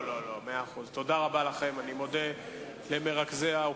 אז צריך למצוא תשובות לתקציב הזה.